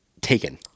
Taken